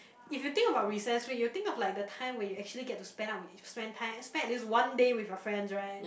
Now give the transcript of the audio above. if you think about recess week you'll think of like the time where you actually get to spend out with to spend time spend at least one day with your friends right